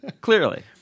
Clearly